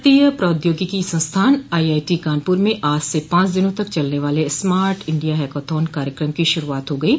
भारतीय प्रौद्योगिकी संस्थान आईआईटी कानपूर में आज से पांच दिनों तक चलने वाले स्मार्ट इंडिया हैकाथॉन कार्यकम की शुरूआत हो गयी